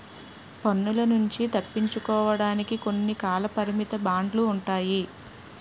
పన్నుల నుంచి తప్పించుకోవడానికి కొన్ని కాలపరిమిత బాండ్లు ఉంటాయి